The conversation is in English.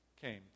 came